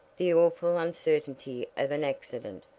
the awful uncertainty of an accident,